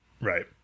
Right